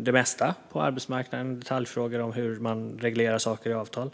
det mesta på arbetsmarknaden - som detaljfrågor om hur man reglerar saker i avtal.